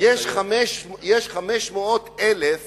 יש 500 מיליון